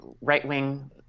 right-wing